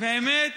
האמת,